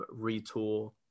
retool